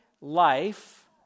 life